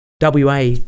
WA